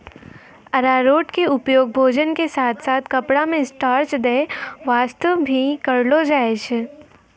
अरारोट के उपयोग भोजन के साथॅ साथॅ कपड़ा मॅ स्टार्च दै वास्तॅ भी करलो जाय छै